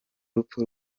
rupfu